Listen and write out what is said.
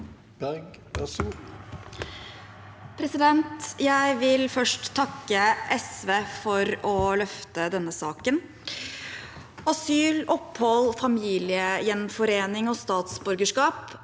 Jeg vil først takke SV for å løfte denne saken. Asyl, opphold, familiegjenforening og statsborgerskap